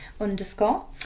underscore